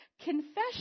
confession